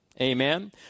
Amen